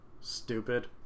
stupid